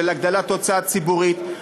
של הגדלת הוצאה ציבורית,